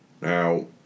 Now